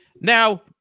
Now